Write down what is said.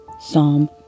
Psalm